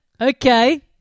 Okay